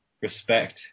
respect